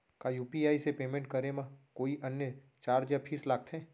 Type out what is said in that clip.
का यू.पी.आई से पेमेंट करे म कोई अन्य चार्ज या फीस लागथे?